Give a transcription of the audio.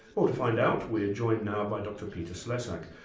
well, to find out, we're joined now by dr peter slezak,